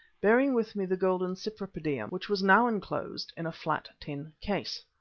bearing with me the golden cypripedium, which was now enclosed in a flat tin case.